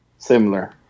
Similar